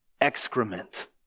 excrement